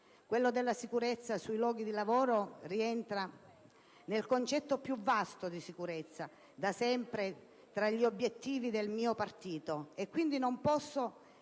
Quello della sicurezza sui luoghi di lavoro rientra nel concetto più vasto di sicurezza, da sempre tra gli obiettivi del mio partito,